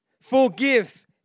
Forgive